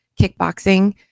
kickboxing